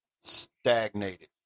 stagnated